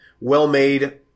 well-made